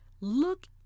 Look